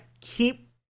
keep